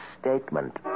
statement